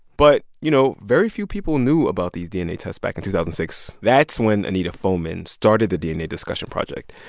but, you know, very few people knew about these dna tests back in two thousand and six. that's when anita foeman started the dna discussion project.